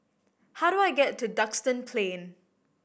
how do I get to Duxton Plain